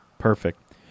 Perfect